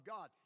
God